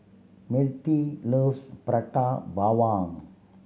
Mertie loves Prata Bawang